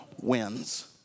wins